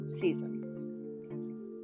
season